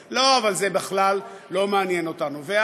לא,